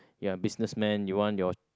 ya businessman you want your